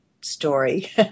story